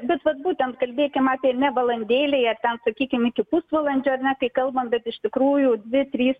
bet vat būtent kalbėkim apie ne valandėlei ar ten sakykim iki pusvalandžio ar ne kai kalbam bet iš tikrųjų dvi trys